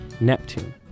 Neptune